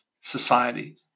society